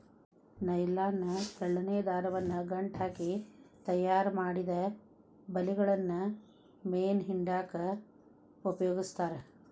nylon ನ ತೆಳ್ಳನ ದಾರವನ್ನ ಗಂಟ ಹಾಕಿ ತಯಾರಿಮಾಡಿದ ಬಲಿಗಳನ್ನ ಮೇನ್ ಹಿಡ್ಯಾಕ್ ಉಪಯೋಗಸ್ತಾರ